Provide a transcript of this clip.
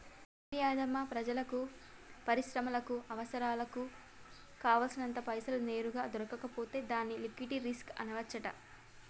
అవును యాధమ్మా ప్రజలకు పరిశ్రమలకు అవసరాలకు కావాల్సినంత పైసలు నేరుగా దొరకకపోతే దాన్ని లిక్విటీ రిస్క్ అనవచ్చంట